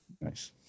Nice